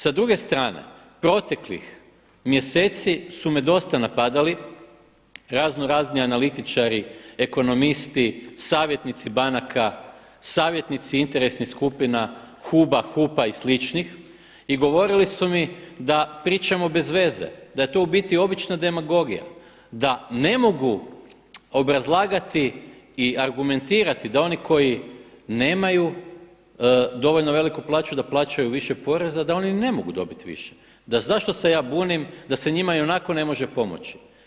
Sa druge strane proteklih mjeseci su me dosta napadali raznorazni analitičari, ekonomisti, savjetnici banaka, savjetnici interesnih skupina, HUB-a, HUP-a i sličnih i govorili su mi da pričamo bez veze, da je to u biti obična demagogija da ne mogu obrazlagati i argumentirati da oni koji nemaju dovoljno veliku plaću da plaćaju više poreza da oni ne mogu dobiti više, da zašto se ja bunim da se njima i onako ne može pomoći.